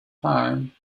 thyme